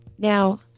Now